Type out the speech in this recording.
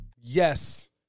Yes